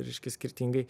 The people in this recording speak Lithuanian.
reiškia skirtingai